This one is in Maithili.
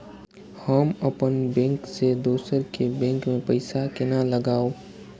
हम अपन बैंक से दोसर के बैंक में पैसा केना लगाव?